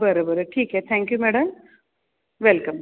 बरं बरं ठीक आहे थँक यू मॅडम वेलकम